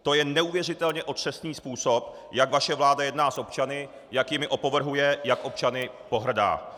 To je neuvěřitelně otřesný způsob, jak vaše vláda jedná s občany, jak jimi opovrhuje, jak občany pohrdá!